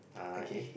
okay